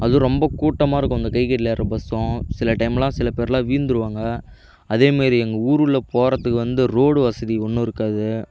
அதும் ரொம்ப கூட்டமாக இருக்கும் அந்த கைகட்டில் ஏர்ற பஸ்ஸும் சில டைமெலாம் சில பேர்லாம் வீழுந்துருவாங்க அதேமாரி எங்கள் ஊர் உள்ளே போகிறதுக்கு வந்து ரோடு வசதி ஒன்றும் இருக்காது